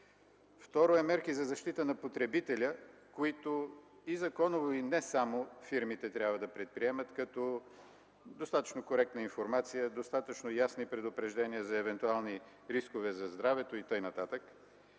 Второто са мерки за защита на потребителя, които и законово, но и не само, фирмите трябва да предприемат като достатъчно коректна информация, достатъчно ясни предупреждения за евентуални рискове за здравето и т.н.